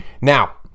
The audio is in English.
Now